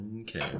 Okay